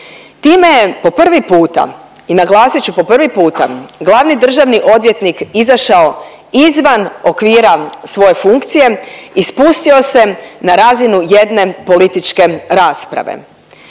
Time je po prvi puta i naglasit ću po prvi puta glavni državni odvjetnik izašao izvan okvira svoje funkcije i spustio se na razinu jedne političke rasprave.